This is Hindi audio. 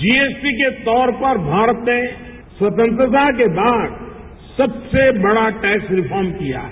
जी एस टी के तौर पर भारत ने स्वतंत्रता के बाद सबसे बड़ा टैक्स रिफोन किया है